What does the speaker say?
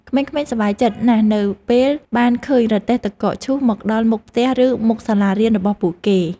ក្មេងៗសប្បាយចិត្តណាស់នៅពេលបានឃើញរទេះទឹកកកឈូសមកដល់មុខផ្ទះឬមុខសាលារៀនរបស់ពួកគេ។